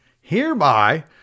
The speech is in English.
Hereby